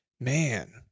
man